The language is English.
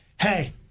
Hey